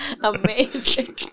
Amazing